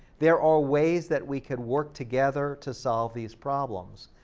there are ways that we could work together to solve these problems,